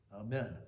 Amen